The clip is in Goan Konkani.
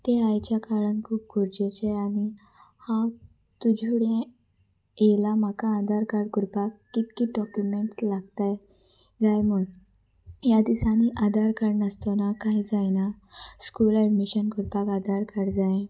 तें आयच्या काळान खूब गरजेचें आनी हांव तुजेडे येयलां म्हाका आधार कार्ड कररपाक कित कीत डॉक्युमेंट्स लागताय जाय म्हूण ह्या दिसांनी आधार कार्ड नासतना कांय जायना स्कूल एडमिशन करपाक आधार कार्ड जाय